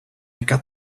got